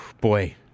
Boy